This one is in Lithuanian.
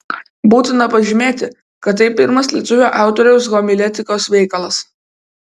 būtina pažymėti kad tai pirmas lietuvio autoriaus homiletikos veikalas